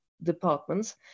Departments